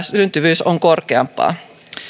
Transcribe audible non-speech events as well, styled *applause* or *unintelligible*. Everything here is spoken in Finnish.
*unintelligible* syntyvyys on korkeampaa